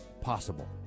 possible